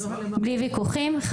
בלי ויכוחים.)